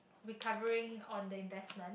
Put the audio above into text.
recovering on the investment